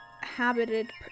Habited